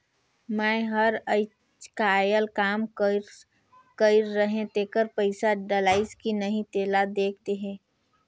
मै हर अईचकायल काम कइर रहें तेकर पइसा डलाईस कि नहीं तेला देख देहे?